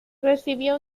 recibió